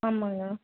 ஆமாங்க